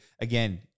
Again